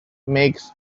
makes